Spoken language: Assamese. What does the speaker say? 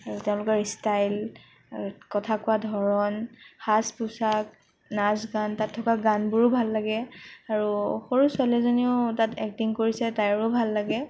আৰু তেওঁলোকৰ ইষ্টাইল আৰু কথা কোৱাৰ ধৰণ সাজ পোচাক নাচ গান তাত থকা গানবোৰো ভাল লাগে আৰু সৰু ছোৱালী এজনীও তাত এক্টিং কৰিছে তাইৰো ভাল লাগে